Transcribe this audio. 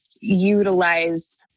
utilize